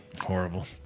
Horrible